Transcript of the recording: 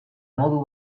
modu